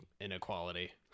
inequality